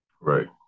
Right